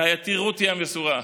רעייתי רותי המסורה,